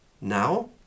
Now